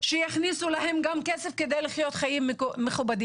שיכניסו להם גם כסף כדי לחיות חיים מכובדים,